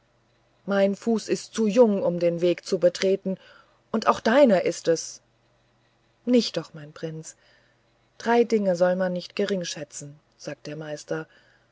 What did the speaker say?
mein fuß ist zu jung um den weg zu betreten und auch deiner ist es nicht doch mein prinz drei dinge soll man nicht gering schätzen sagt der meister